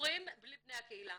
סגורים בלי בני הקהילה.